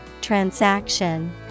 Transaction